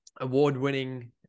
award-winning